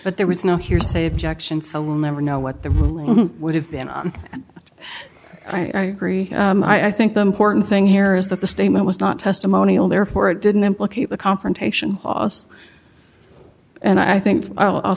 but there was no hearsay objection so will never know what the would have been i agree i think the important thing here is that the statement was not testimonial therefore it didn't implicate the confrontation and i think i'll